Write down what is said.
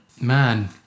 Man